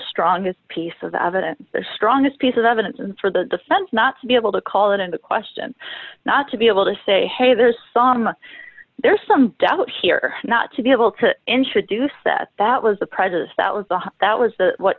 strongest piece of evidence the strongest piece of evidence and for the defense not to be able to call it into question not to be able to say hey there's some there's some doubt here not to be able to introduce that that was the president that was the one that was the what